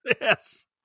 yes